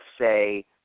say